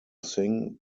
sing